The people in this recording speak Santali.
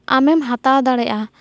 ᱟᱢᱮᱢ ᱦᱟᱛᱟᱣ ᱫᱟᱲᱮᱭᱟᱜᱼᱟ